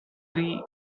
daisy